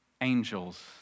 angels